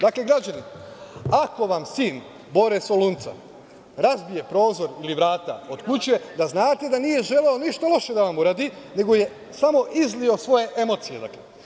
Dakle građani, ako vam sin Bore Solunca razbije prozor ili vrata od kuće, da znate da nije želeo ništa loše da vam uradi, nego je samo izlio svoje emocije.